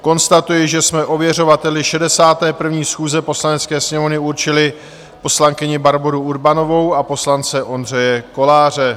Konstatuji, že jsme ověřovateli 61. schůze Poslanecké sněmovny určili poslankyni Barboru Urbanovou a poslance Ondřeje Koláře.